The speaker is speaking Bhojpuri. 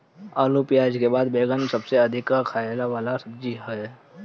आलू पियाज के बाद बैगन सबसे अधिका खाए वाला सब्जी हअ